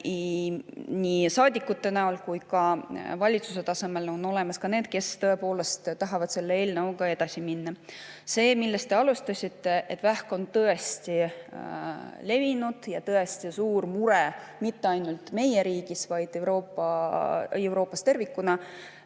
Nii saadikute näol kui ka valitsuse tasemel on neid, kes tõepoolest tahavad selle eelnõuga edasi minna. Seda, millest te alustasite, et vähk on tõesti levinud ja tõesti suur mure, mitte ainult meie riigis, vaid Euroopas tervikuna,